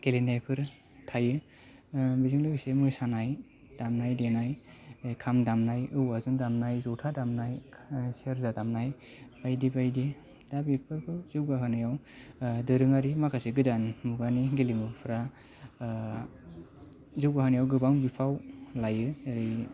गेलेनायफोर थायो बेजों लोगोसे मोसानाय दामनाय देनाय खाम दामनाय औवाजों दामनाय जथा दामनाय सेरजा दामनाय बायदि बायदि दा बे फोरखौ जौगाहोनायाव दोरोङारि माखासे गोदान मुगानि गेलेमुफोरा जौगाहोनायाव गोबां बिफाव लायो जेरै